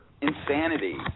insanity